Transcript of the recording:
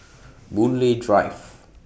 Boon Lay Drive